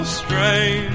strange